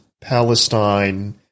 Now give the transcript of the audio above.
Palestine